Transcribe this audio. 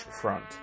front